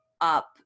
up